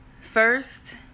First